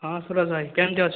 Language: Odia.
ହଁ ସୁରଜ ଭାଇ କେମିତି ଅଛ